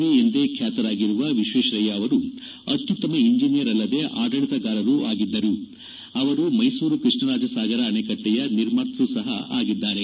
V ಎಂದೇ ಖ್ಯಾತರಾಗಿರುವ ವಿಶ್ವೇಶ್ವರಯ್ಯ ಅವರು ಅತ್ಯುತ್ತಮ ಇಂಜಿನಿಯರ್ ಅಲ್ಲದೆ ಆಡಳಿತಗಾರರೂ ಆಗಿದ್ದರು ಅವರು ಮೈಸೂರು ಕೃಷ್ಣರಾಜ ಸಾಗರ ಅಣೆಕಟ್ಟೆಯ ನಿರ್ಮಾತೃ ಸಹ ಆಗಿದ್ದಾರೆ